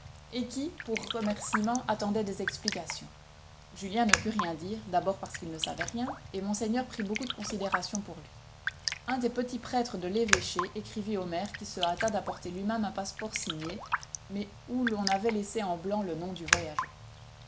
et qui pour remerciements attendaient des explications julien ne put rien dire d'abord parce qu'il ne savait rien et monseigneur prit beaucoup de considération pour lui un des petits prêtres de l'évêché écrivit au maire qui se hâta d'apporter lui-même un passeport signé mais où l'on avait laissé en blanc le nom du voyageur